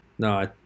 No